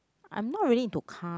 I'm not really into car